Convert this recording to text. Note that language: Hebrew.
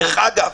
דרך אגב,